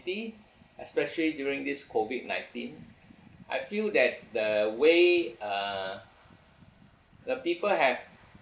~ty especially during this COVID-nineteen I feel that the way uh the people have